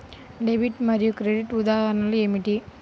Debit మరియు credit ఉదాహరణలు ఏమిటీ?